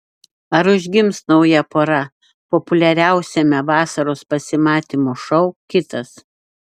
ar užgims nauja pora populiariausiame vasaros pasimatymų šou kitas